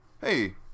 hey